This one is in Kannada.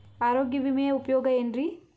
ಆರೋಗ್ಯ ವಿಮೆಯ ಉಪಯೋಗ ಏನ್ರೀ?